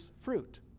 fruit